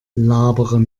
labere